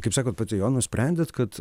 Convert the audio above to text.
kaip sakot pati jau nusprendėt kad